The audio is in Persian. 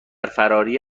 فراری